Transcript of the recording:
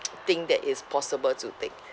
think that is possible to take